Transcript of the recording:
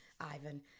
Ivan